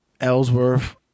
Ellsworth